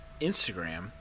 Instagram